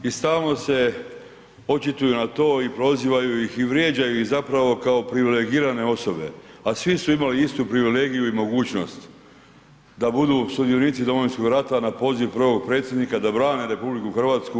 I stalno se očituju na to i prozivaju ih i vrijeđaju ih zapravo kao privilegirane osobe, a svi su imali istu privilegiju i mogućnost da budu sudionici Domovinskog rata na poziv prvog predsjednika da brane RH.